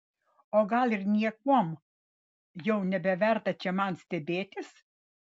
o gal ir niekuom jau nebeverta čia man stebėtis